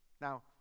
Now